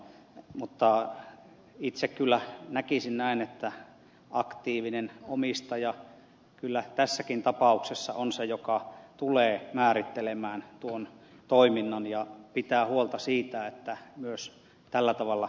mutta itse kyllä näkisin näin että aktiivinen omistaja kyllä tässäkin tapauksessa on se joka tulee määrittelemään tuon toiminnan ja pitää huolta siitä että myös tällä tavalla yhtiön johto toimii